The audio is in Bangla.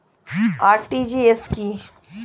আর.টি.জি.এস কি?